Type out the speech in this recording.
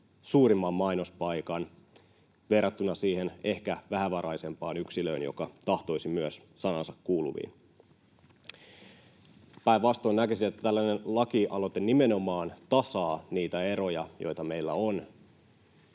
suurimman mainospaikan verrattuna siihen ehkä vähävaraisempaan yksilöön, joka tahtoisi myös sanansa kuuluviin. Päinvastoin näkisin, että tällainen lakialoite nimenomaan tasaa niitä eroja, joita meillä on,